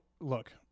look